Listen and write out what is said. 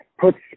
puts